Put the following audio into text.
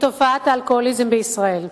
בתופעת האלכוהוליזם בישראל.